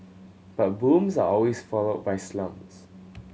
but booms are always followed by slumps